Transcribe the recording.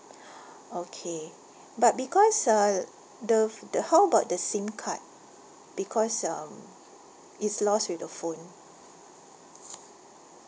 okay but because uh the ph~ the how about the SIM card because um it's lost with the phone